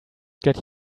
get